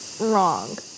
wrong